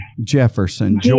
jefferson